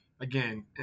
again